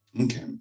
Okay